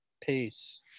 peace